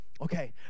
okay